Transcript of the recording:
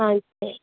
ஆ சரி